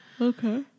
okay